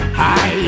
hi